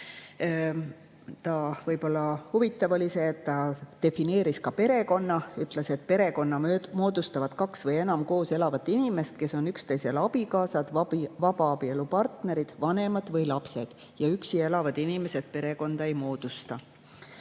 Võib-olla huvitav oli see, et ta defineeris perekonna, ütles, et perekonna moodustavad kaks või enam koos elavat inimest, kes on üksteisele abikaasad, vabaabielu partnerid, vanemad või lapsed, ja üksi elavad inimesed perekonda ei moodusta.